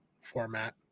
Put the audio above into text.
format